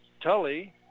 Tully